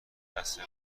دسته